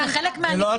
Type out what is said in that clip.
זה חלק מהניקוד.